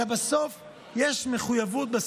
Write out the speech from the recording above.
בסוף יש מחויבות.